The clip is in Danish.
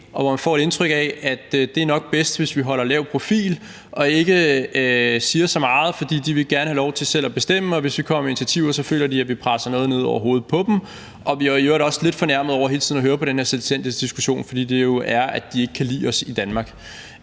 og hvor man får et indtryk af, at det nok er bedst, hvis man holder lav profil og ikke siger så meget. For de vil gerne have lov til selv at bestemme, og hvis vi kommer med initiativer, føler de, at vi presser noget ned over hovedet på dem, og vi er i øvrigt også lidt fornærmede over hele tiden at høre på den her selvstændighedsdiskussion, fordi de jo ikke kan lide os i Danmark.